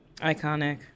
Iconic